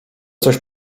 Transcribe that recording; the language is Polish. coś